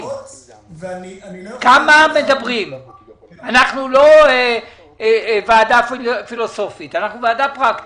אנחנו לא ועדה פילוסופית, אנחנו ועדה פרקטית,